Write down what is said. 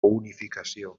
unificació